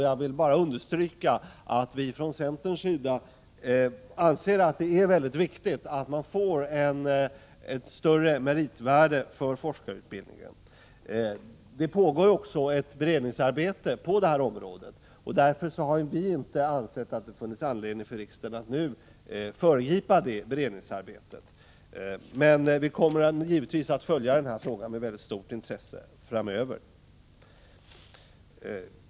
Jag vill understryka att vi från centern anser att det är mycket viktigt att forskarutbildningen får ett större meritvärde. Det pågår också ett beredningsarbete på detta område. Därför anser vi inte att det finns anledning för riksdagen att nu föregripa detta beredningsarbete. Men vi kommer givetvis att följa denna fråga med mycket stort intresse.